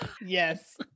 Yes